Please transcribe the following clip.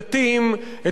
את כל הדברים האלה,